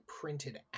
printed